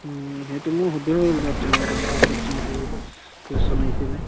সেইটো মোৰ শুদ্ধ হ'ল বাৰু তেওঁৰ গানটো পৰ্যন্ত কুৱেশ্যন আহিছে